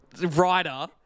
writer